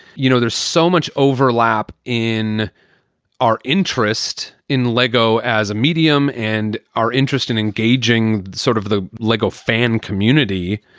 you know, there's so much overlap in our interest in lego as a medium and our interest in engaging sort of the lego fan community.